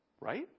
right